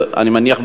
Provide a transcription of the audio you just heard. אני מניח,